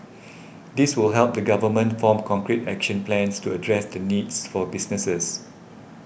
this will help the government form concrete action plans to address the needs for businesses